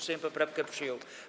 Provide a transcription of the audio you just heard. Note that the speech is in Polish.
Sejm poprawkę przyjął.